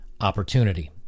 Opportunity